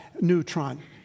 Neutron